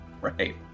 right